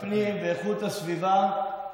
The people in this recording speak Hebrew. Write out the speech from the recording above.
הפנים והגנת הסביבה.